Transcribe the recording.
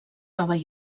nova